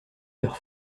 leurs